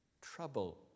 trouble